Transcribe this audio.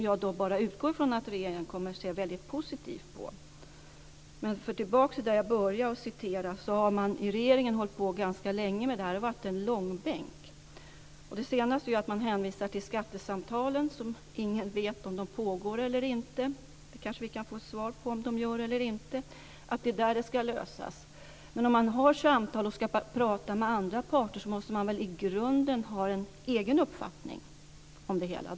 Jag utgår från att regeringen kommer att se väldigt positivt på en sådan. Jag ska återgå till det som jag började med. Regeringen har hållit på med detta ganska länge. Det har varit en långbänk. Det senaste är att regeringen hänvisar till skattesamtalen - som ingen vet om de pågår eller inte, vilket vi kanske kan få ett svar på om de gör eller inte - och att det är där som detta ska lösas. Men om man för samtal och ska tala med andra parter så måste man väl i grunden ha en egen uppfattning om det hela?